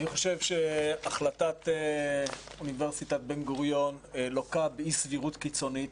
אני חושב שהחלטת אוניברסיטת בן גוריון לוקה באי-סבירות קיצונית.